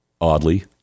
oddly